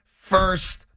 first